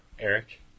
Eric